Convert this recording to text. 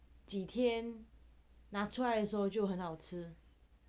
几天拿出来时候就很好吃